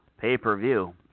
pay-per-view